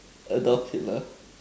Adolf Hitler